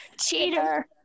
cheater